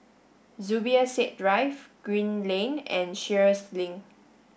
Zubir Said Drive Green Lane and Sheares Link